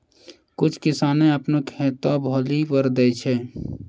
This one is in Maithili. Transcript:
कुछ किसाने अपनो खेतो भौली पर दै छै